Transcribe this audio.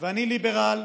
ואני ליברל,